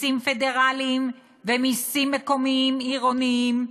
מסים פדרליים ומסים מקומיים, עירוניים,